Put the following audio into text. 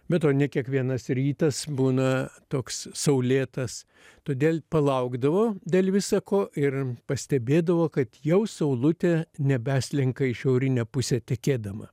be to ne kiekvienas rytas būna toks saulėtas todėl palaukdavo dėl visa ko ir pastebėdavo kad jau saulutė nebeslenka į šiaurinę pusę tekėdama